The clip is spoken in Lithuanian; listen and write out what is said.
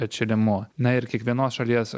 atšilimu na ir kiekvienos šalies